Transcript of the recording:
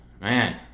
Man